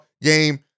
game